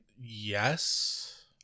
Yes